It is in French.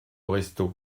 restaud